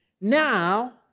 Now